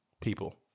People